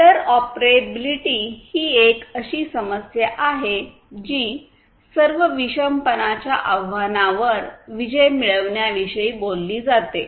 interoperability ही एक अशी समस्या आहे जी सर्व विषम पणाच्या आव्हानावर विजय मिळविण्याविषयी बोलली जाते